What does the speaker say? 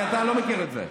כי אתה לא מכיר את זה,